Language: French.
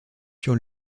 sur